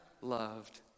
loved